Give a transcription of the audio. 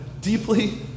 deeply